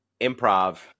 Improv